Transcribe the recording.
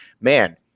man